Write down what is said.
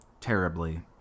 terribly